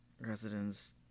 Residents